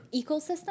ecosystem